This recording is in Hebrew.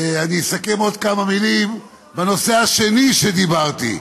אני אסכם בעוד כמה מילים בנושא השני שדיברתי.